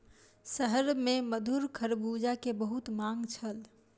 शहर में मधुर खरबूजा के बहुत मांग छल